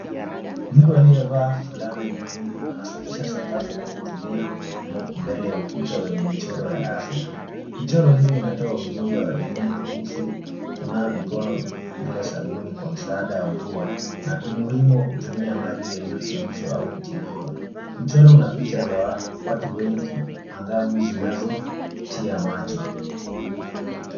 Mtu aliyevaa fulana nyekundu anasafisha sakafu kwa kutumia mop mbele ya ukuta wenye michoro ya afya. Michoro hiyo inatoa ujumbe wa elimu kuhusu kunawa mikono bila sabuni kwa msaada wa mvua na umuhimu wa kutumia maji yaliyochemshwa au kutibiwa. Mchoro una picha za watu wengi angavu zinazotia macho.